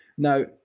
Now